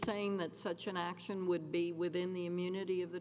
saying that such an action would be within the immunity of the